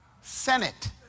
senate